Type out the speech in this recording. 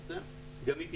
גם היא תצטמצם,